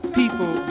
people